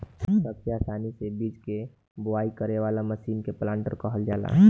सबसे आसानी से बीज के बोआई करे वाला मशीन के प्लांटर कहल जाला